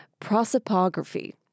prosopography